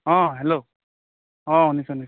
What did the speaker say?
অঁ হেল্ল' অঁ শুনিছোঁ শুনিছোঁ